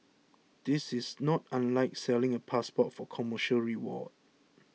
this is not unlike selling a passport for commercial reward